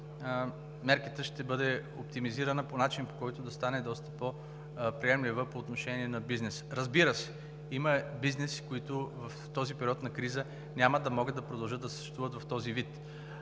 мярката ще бъде оптимизирана по начин, по който да стане доста по-приемлива по отношение на бизнеса. Разбира се, има бизнеси, които в този период на криза няма да могат да продължат да съществуват в този вид.